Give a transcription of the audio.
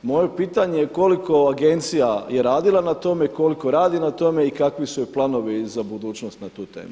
Moje pitanje je koliko agencija je radila na tome, koliko radi na tome i kakvi su joj planovi za budućnost na tu temu?